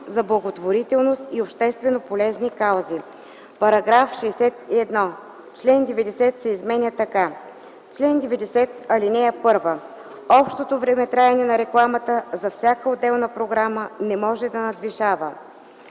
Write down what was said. за благотворителност и общественополезни каузи.” „§ 61. Член 90 се изменя така: „Чл. 90. (1) Общото времетраене на рекламата за всяка отделна програма не може да надвишава: